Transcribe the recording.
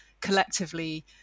collectively